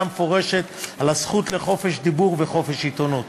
מפורשת על הזכות לחופש דיבור וחופש עיתונות.